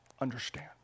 understand